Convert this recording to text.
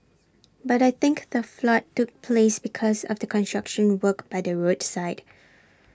but I think the flood took place because of the construction work by the roadside